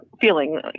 feeling